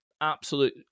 Absolute